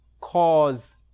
cause